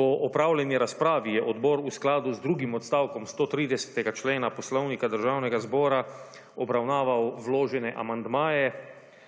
Po opravljeni razpravi je odbor v skladu z drugim odstavkom 130. člena Poslovnika Državnega zbora obravnaval vložene amandmaje